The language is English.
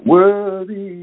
Worthy